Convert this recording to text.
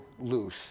loose